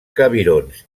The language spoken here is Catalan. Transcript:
cabirons